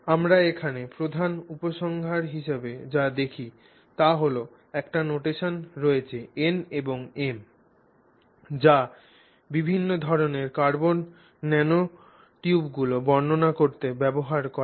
আমরা এখানে আমাদের প্রধান উপসংহার হিসাবে যা দেখি তা হল একটি notation রয়েছে n এবং m যা বিভিন্ন ধরণের কার্বন ন্যানোটিউবগুলি বর্ণনা করতে ব্যবহৃত হয়